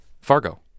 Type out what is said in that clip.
Fargo